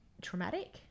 traumatic